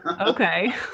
Okay